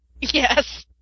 yes